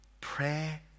Pray